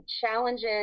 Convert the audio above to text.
challenges